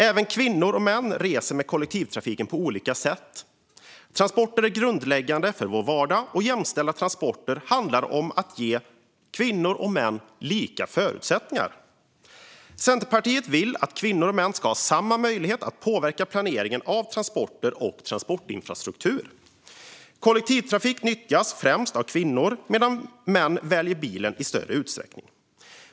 Även kvinnor och män reser med kollektivtrafiken på olika sätt. Transporter är grundläggande för vår vardag, och jämställda transporter handlar om att ge kvinnor och män lika förutsättningar. Centerpartiet vill att kvinnor och män ska ha samma möjlighet att påverka planeringen av transporter och transportinfrastruktur. Kollektivtrafiken nyttjas främst av kvinnor, medan män väljer bilen i större utsträckning.